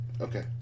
Okay